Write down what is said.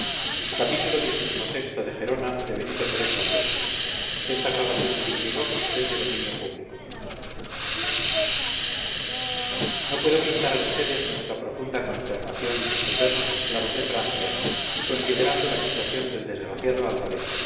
lo vea no puedo pintar a ustedes nuestra profunda consternación al vernos esclavos de francia y considerando la situación del desgraciado álvarez